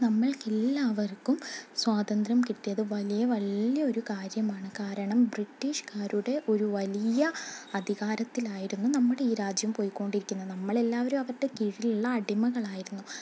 എല്ലാം നമ്മൾക്ക് എല്ലാവർക്കും സ്വാതന്ത്ര്യം കിട്ടിയത് വലിയ വലിയൊരു കാര്യമാണ് കാരണം ബ്രിട്ടീഷ്കാരുടെ ഒരു വലിയ അധികാരത്തിലായിരുന്നു നമ്മുടെ ഈ രാജ്യം പോയിക്കൊണ്ടിരിക്കുന്നത് നമ്മളെല്ലാവരും അവരുടെ കിഴുള്ള അടിമകളായിരുന്നു